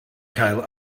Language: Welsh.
cael